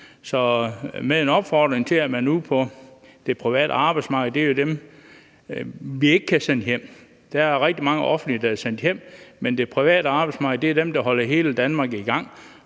er en opfordring til dem ude på det private arbejdsmarked, som jo er dem, vi ikke kan sende hjem. Der er rigtig mange offentligt ansatte, der er sendt hjem, men det private arbejdsmarked er dem, der holder hele Danmark i gang,